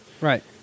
Right